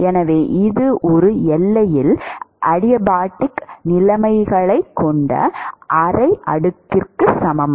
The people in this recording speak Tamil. எனவே இது ஒரு எல்லையில் அடியாபாடிக் நிலைமைகளைக் கொண்ட அரை அடுக்குக்கு சமம்